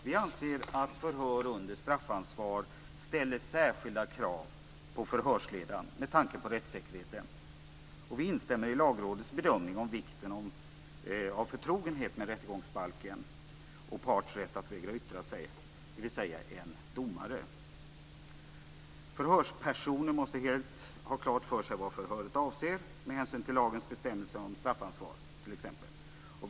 Vi anser att förhör under straffansvar ställer särskilda krav på förhörsledaren med tanke på rättssäkerheten. Vi instämmer i Lagrådets bedömning av vikten av förtrogenhet med rättegångsbalken och parts rätt att vägra yttra sig, dvs. en domare. Förhörspersoner måste helt ha klart för sig vad förhöret avser, med hänsyn till lagens bestämmelser om straffansvar t.ex.